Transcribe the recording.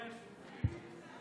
התשפ"א